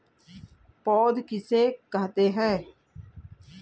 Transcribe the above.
पौध किसे कहते हैं?